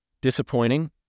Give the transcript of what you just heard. disappointing